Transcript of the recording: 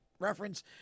reference